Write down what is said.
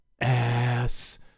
Ass